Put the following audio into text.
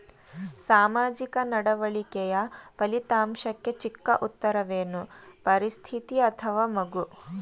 ಸಾಮಾಜಿಕ ನಡವಳಿಕೆಯ ಫಲಿತಾಂಶಕ್ಕೆ ಚಿಕ್ಕ ಉತ್ತರವೇನು? ಪರಿಸ್ಥಿತಿ ಅಥವಾ ಮಗು?